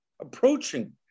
approaching